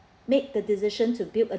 made the decision to build a